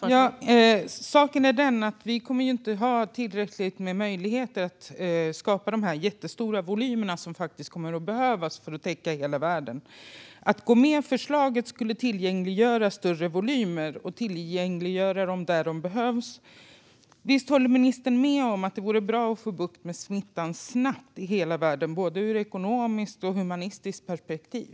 Fru talman! Saken är den att vi inte kommer att ha tillräckliga möjligheter att skapa de jättestora volymer som faktiskt kommer att behövas för att täcka hela världen. Att gå med på förslaget skulle tillgängliggöra större volymer - och tillgängliggöra dem där de behövs. Visst håller ministern med om att det vore bra att snabbt få bukt med smittan i hela världen, både ur ett ekonomiskt och ur ett humanistiskt perspektiv?